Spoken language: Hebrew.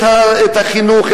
החינוך,